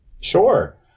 Sure